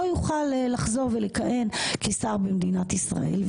לא יוכל לחזור ולכהן כשר במדינת ישראל.